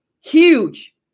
Huge